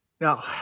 now